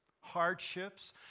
hardships